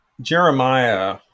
Jeremiah